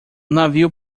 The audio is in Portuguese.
navio